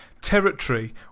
territory